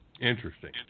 Interesting